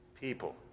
People